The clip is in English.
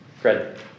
Fred